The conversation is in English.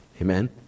Amen